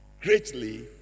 greatly